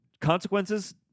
Consequences